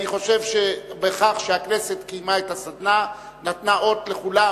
אני חושב שבכך שהכנסת קיימה את הסדנה היא נתנה אות לכולם,